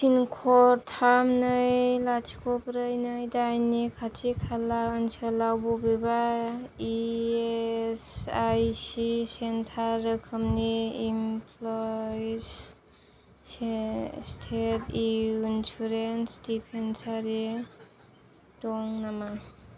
पिनक'ड थाम नै लाथिख' ब्रै नै दाइननि खाथि खाला ओनसोलाव बबेबा E S I C centre रोखोमनि इमप्ल'यिज स्टेट इन्सुरेन्स दिस्पेन्सेरि दं नामा